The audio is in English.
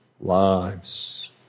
lives